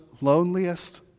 loneliest